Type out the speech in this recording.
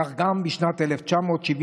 כך גם בשנת 1977: